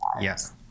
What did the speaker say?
Yes